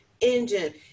engine